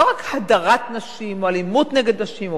לא רק הדרת נשים או אלימות נגד נשים או